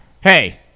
Hey